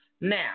Now